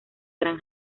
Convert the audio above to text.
gran